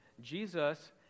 Jesus